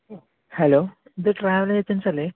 hello ഇത് travel agency അല്ലേ